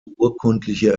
urkundliche